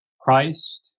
Christ